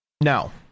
Now